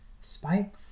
Spike